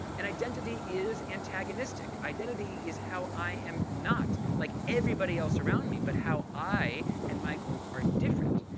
and identity is antagonistic. identity is how i am not like everybody else around me, but how i and my group are different.